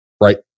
Right